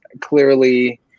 clearly